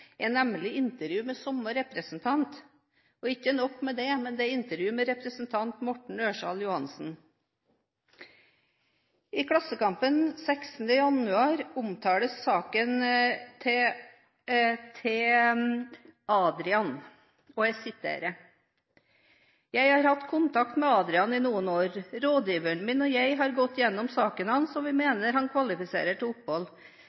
er nemlig intervju med samme representant. Og ikke nok med det – det er intervju med representanten Morten Ørsal Johansen. I Klassekampen den 16. januar i år omtales saken til Adrian. Jeg siterer: «Jeg har hatt kontakt med Adrian i noen år. Rådgiveren min og jeg har gått igjennom saken hans, og vi mener han kvalifiserer til opphold.